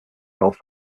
golf